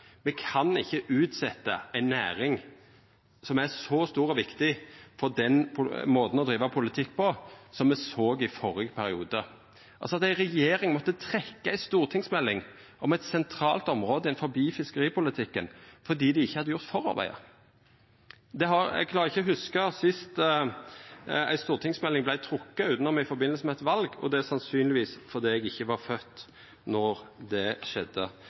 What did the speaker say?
Me kan ikkje utsetja ei næring som er så stor og viktig, for den måten å driva politikk på som me såg i førre periode, der regjeringa måtte trekkja ei stortingsmelding om eit sentralt område innan fiskeripolitikken fordi dei ikkje hadde gjort forarbeidet. Eg klarer ikkje hugsa sist ei stortingsmelding vart trekt utanom i forbindelse med eit val, og det er sannsynlegvis fordi eg ikkje var fødd då det skjedde.